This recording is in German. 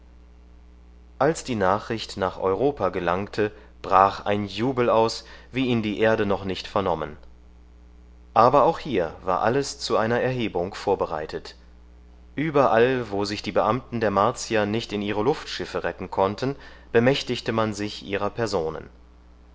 als die nachricht nach europa gelangte brach ein jubel aus wie ihn die erde noch nicht vernommen aber auch hier war alles zu einer erhebung vorbereitet überall wo sich die beamten der martier nicht in ihre luftschiffe retten konnten bemächtigte man sich ihrer personen